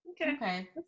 Okay